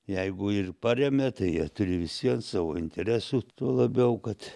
jeigu ir paremia tai jie turi vis vien savo interesų tuo labiau kad